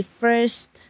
first